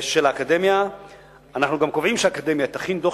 אנחנו גם קובעים שהאקדמיה תכין דוח